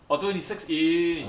oh twenty-six inch